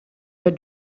your